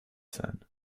sein